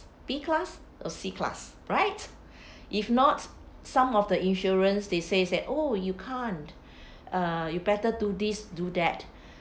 B class or B class right if not some of the insurance they says that oh you can't uh you better do this do that